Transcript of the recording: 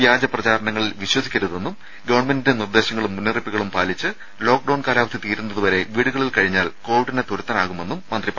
വ്യാജപ്രചാരണങ്ങളിൽ വിശ്വസിക്കരുതെന്നും ഗവൺമെന്റിന്റെ നിർദ്ദേശങ്ങളും മുന്നറിയിപ്പുകളും പാലിച്ച് ലോക്ഡൌൺ കാലാവധി തീരുന്നതുവരെ വീടുകളിൽ കഴിഞ്ഞാൽ കോവിഡിനെ തുരത്താനാകുമെന്ന് മന്ത്രി പറഞ്ഞു